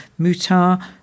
Mutar